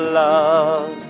love